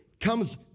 comes